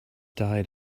died